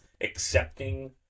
accepting